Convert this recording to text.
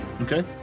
Okay